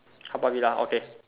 Haw Par Villa okay